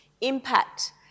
Impact